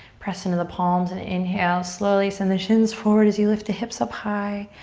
press into the palms and inhale. slowly send the shins forward as you lift the hips up high.